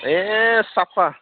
ए साफा